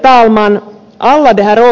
värderade talman